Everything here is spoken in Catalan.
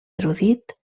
erudit